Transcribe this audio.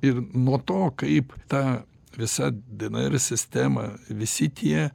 ir nuo to kaip ta visa dnr sistema visi tie